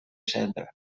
cendra